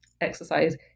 exercise